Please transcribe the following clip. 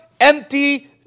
empty